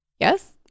yes